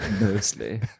mostly